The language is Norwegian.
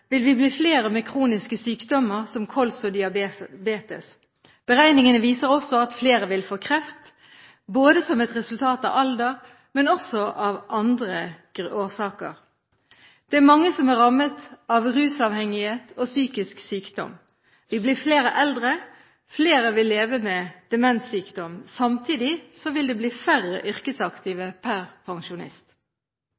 vil det bli flere med kroniske sykdommer som KOLS og diabetes. Beregningene viser også at flere vil få kreft som et resultat av alder, men også av andre årsaker. Det er mange som er rammet av rusavhengighet og psykisk sykdom. Vi blir flere eldre, flere vil leve med demenssykdom. Samtidig vil det bli færre yrkesaktive